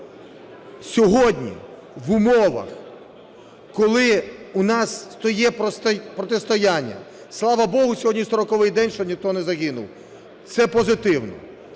сьогодні в умовах, коли у нас є протистояння, слава Богу, сьогодні 40-й день, що ніхто не загинув. Це позитивно,